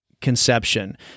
conception